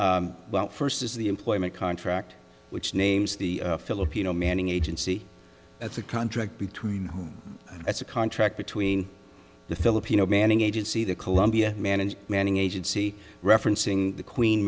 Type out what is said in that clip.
evidence first is the employment contract which names the filipino manning agency that's a contract between whom and that's a contract between the filipino manning agency the colombia man and manning agency referencing the queen